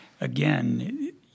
again